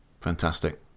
Fantastic